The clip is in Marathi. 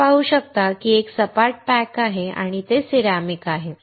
आपण पाहू शकता की ते एक सपाट पॅक आहे आणि ते सिरेमिक आहे